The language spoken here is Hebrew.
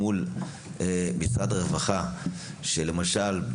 מול משרד הרווחה שלמשל,